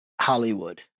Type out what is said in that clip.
Hollywood